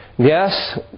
Yes